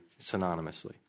synonymously